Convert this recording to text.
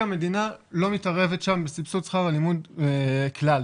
המדינה לא מתערבת שם בסבסוד שכר הלימוד כלל.